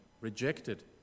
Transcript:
rejected